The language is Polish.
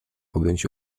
objąć